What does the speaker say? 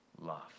love